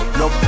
no